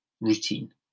routine